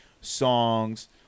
songs